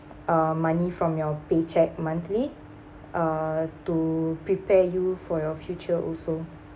uh money from your pay check monthly uh to prepare you for your future also